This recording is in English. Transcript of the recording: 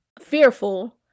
Fearful